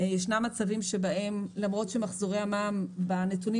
ישנם מצבים שבהם למרות שמחזורי המע"מ בנתונים